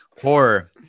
horror